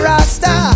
Rasta